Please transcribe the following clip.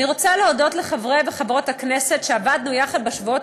אני רוצה להודות לחברי וחברות הכנסת שעבדנו אתם יחד בשבועות